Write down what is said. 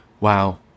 wow